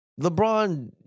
LeBron